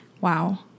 Wow